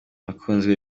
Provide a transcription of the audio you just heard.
akunzwe